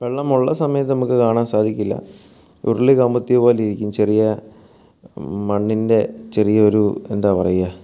വെള്ളമുള്ള സമയത്ത് നമുക്ക് കാണാൻ സാധിക്കില്ല ഉരുളി കമിഴ്ത്തിയ പോലെ ഇരിക്കും ചെറിയ മണ്ണിൻ്റെ ചെറിയൊരു എന്താ പറയുക